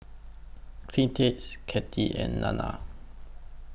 Cletus Cathy and Nana